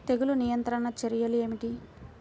తెగులు నియంత్రణ చర్యలు ఏమిటి?